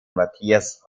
matthias